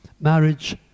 marriage